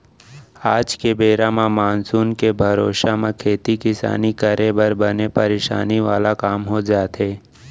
आज के बेरा म मानसून के भरोसा म खेती किसानी करे हर बने परसानी वाला काम हो जाथे